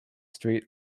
street